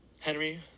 Henry